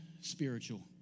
spiritual